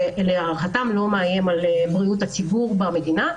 שלהערכתם לא מאיים על בריאות הציבור במדינה.